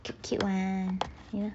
the cute cute one you know